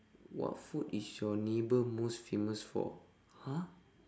what food is your neighbour most famous for !huh!